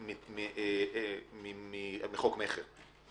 מחוק מכר.